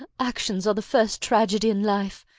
actions are the first tragedy in life,